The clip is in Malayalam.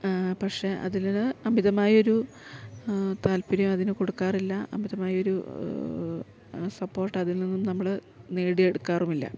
പക്ഷെ അതിലിൽ അമിതമായൊരു താല്പര്യം അതിന് കൊടുക്കാറില്ല അമിതമായൊരു സപ്പോർട്ട് അതിൽ നിന്നും നമ്മള് നേടിയെടുക്കാറുമില്ല